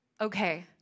okay